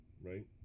right